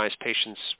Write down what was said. patients